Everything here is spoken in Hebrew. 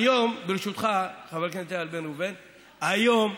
היום, ברשותך, חבר הכנסת איל בן ראובן, היום,